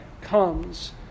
comes